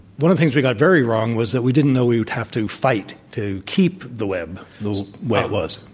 one of the things we got very wrong was that we didn't know we would have to fight to keep the web the way it was.